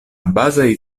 bazaj